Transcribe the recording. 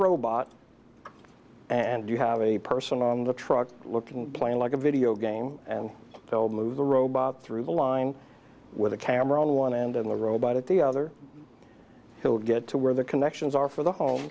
robot and you have a person on the truck looking plain like a videogame and they'll move the robot through the line with a camera on one end and the robot at the other will get to where the connections are for the home